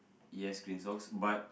yes green socks but